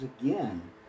again